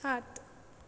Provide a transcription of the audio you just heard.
हात